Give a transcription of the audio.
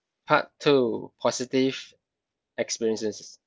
part two positive experiences